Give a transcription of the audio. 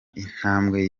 intambwe